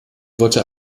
wurde